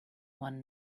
one